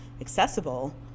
accessible